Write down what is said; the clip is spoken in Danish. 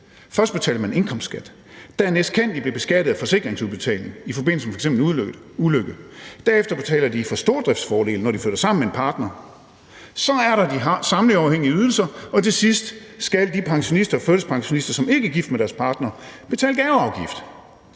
Først betaler de indkomstskat, dernæst kan de blive beskattet af forsikringsudbetaling i forbindelse med f.eks. en ulykke, og derefter betaler de for stordriftsfordele, når de flytter sammen med en partner. Så er der de samleverafhængige ydelser, og til sidst skal de pensionister og førtidspensionister, som ikke er gift med deres partner, betale gaveafgift.